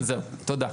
זהו, תודה.